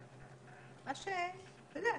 מה שאתה יודע,